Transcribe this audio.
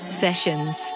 Sessions